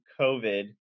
COVID